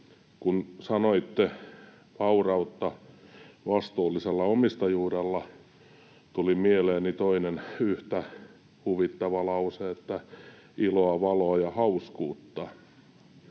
Kun sanoitte ”vaurautta vastuullisella omistajuudella”, tuli mieleeni toinen yhtä huvittava lause: ”iloa, valoa ja hauskuutta”.